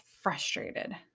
frustrated